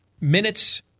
minutes